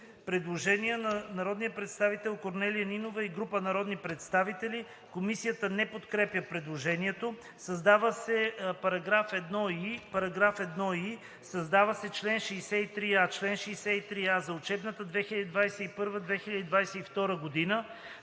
Предложение на народния представител Корнелия Нинова и група народни представители. Комисията не подкрепя предложението: „Създава се § 1и: „§ 1и. Създава се чл. 63а: „Чл. 63а. За учебната 2021 – 2022 г. на